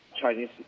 Chinese